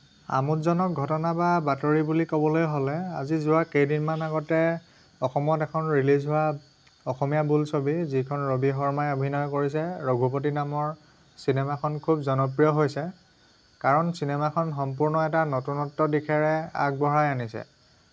আমোদজনক ঘটনা বা বাতৰি বুলি ক'বলৈ হ'লে আজি যোৱা কেইদিনমান আগতে অসমত এখন ৰিলিজ হোৱা অসমীয়া বোলছবি যিখন ৰবি শৰ্মাই অভিনয় কৰিছে ৰঘুপতি নামৰ চিনেমাখন খুব জনপ্ৰিয় হৈছে কাৰণ চিনেমাখন সম্পূৰ্ণ এটা নতুনত্বৰ দিশেৰে আগবঢ়াই আনিছে